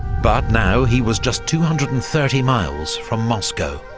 but now he was just two hundred and thirty miles from moscow.